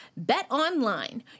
BetOnline